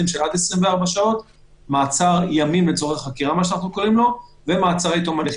שהוא אדם המצוי בבידוד; (3)עצור שהוא אדם המצוי